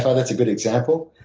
ah that's a good example.